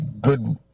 good